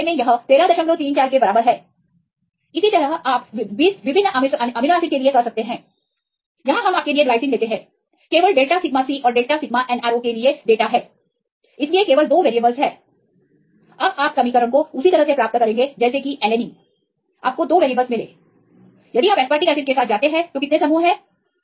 तो इस मामले में यह 1334 के बराबर है इसी तरह आप 20 विभिन्न अमीनो एसिड के लिए कर सकते हैं यहां हम आपके लिए ग्लाइसिन लेते हैं केवल डेल्टा सिग्मा Cऔर डेल्टा सिग्मा NRO के लिए डेटा है इसलिए केवल 2 वेरीएबलस अब आप समीकरण को उसी तरह से प्राप्त करेंगे जैसे कि एलेनीन आपको 2 वेरीएबलस मिले यदि आप एस्पेरिक एसिड के साथ जाते हैं तो कितने समूह हैं